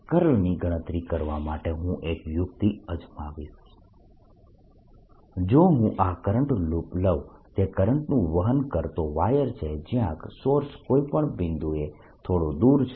કર્લની ગણતરી કરવા માટે હું એક યુક્તિ અજમાવીશ જો હું આ કરંટ લૂપ લઉં જે કરંટનું વહન કરતો વાયર છે જયાં સોર્સ કોઈ પણ બિંદુએ થોડો દૂર છે